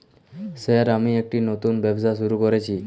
Sir আমি একটি নতুন ব্যবসা শুরু করেছি?